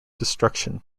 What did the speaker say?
destruction